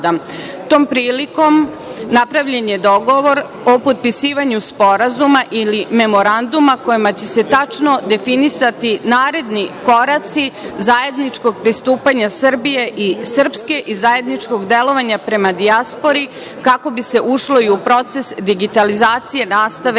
prilikom napravljen je dogovor o potpisivanju Sporazuma ili Memoranduma kojim će se tačno definisati naredni koraci zajedničkog pristupanja Srbije i Srpske i zajedničkog delovanja prema dijaspori kako bi se ušlo i u proces digitalizacije nastave